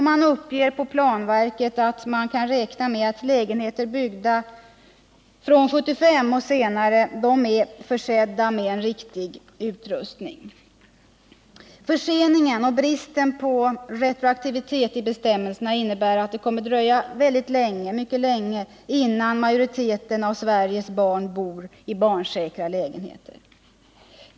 Planverket uppger att man kan räkna med att lägenheter byggda 1975 och senare är försedda med riktig utrustning. Förseningen och bristen på retroaktivitet i bestämmelserna innebär att det kommer att dröja mycket länge, innan majoriteten av Sveriges barn bor i barnsäkra lägenheter.